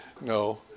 no